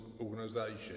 organisation